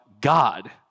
God